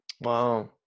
Wow